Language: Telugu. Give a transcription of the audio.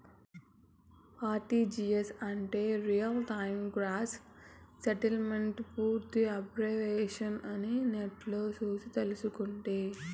ఆర్టీజీయస్ అంటే రియల్ టైమ్ గ్రాస్ సెటిల్మెంటని పూర్తి ఎబ్రివేషను అని నెట్లో సూసి తెల్సుకుంటి